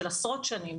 של עשרות שנים,